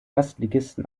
erstligisten